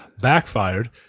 backfired